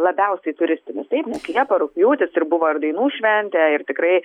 labiausiai turistinis taip liepa rugpjūtis ir buvo ir dainų šventė ir tikrai